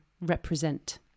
represent